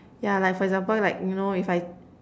yeah like for example like you know if I